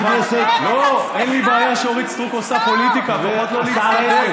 יועז, לא יכול להיות שאתה מסכים לדבר כזה.